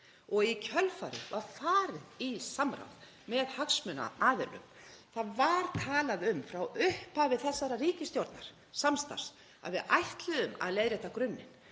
og í kjölfarið var farið í samráð með hagsmunaaðilum. Það var talað um það, frá upphafi þessa ríkisstjórnarsamstarfs, að við ætluðum að leiðrétta grunninn.